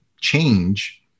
change